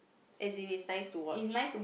as in it's nice to watch